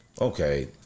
okay